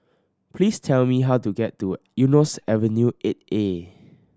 please tell me how to get to Eunos Avenue Eight A